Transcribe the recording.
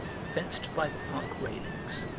fenced by the park railings,